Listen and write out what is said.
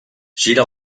gira